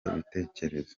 ibitekerezo